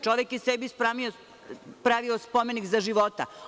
Čovek je sebi pravio spomenik za života.